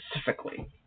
specifically